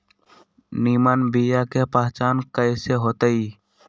निमन बीया के पहचान कईसे होतई?